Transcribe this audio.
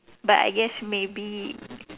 but I guess maybe